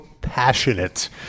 passionate